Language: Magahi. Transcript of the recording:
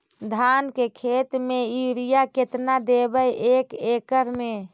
धान के खेत में युरिया केतना देबै एक एकड़ में?